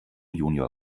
junior